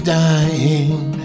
dying